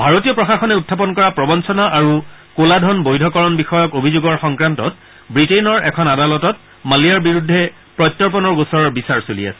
ভাৰতীয় প্ৰশাসনে উখাপন কৰা প্ৰবঞ্চনা আৰু ক'লা ধন বৈধকৰণ বিষয়ক অভিযোগৰ সংক্ৰান্তত ৱিটেইনৰ এখন আদালতত মালিয়াৰ বিৰুদ্ধে প্ৰত্যৰ্পণৰ গোচৰৰ বিচাৰ চলি আছে